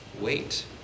wait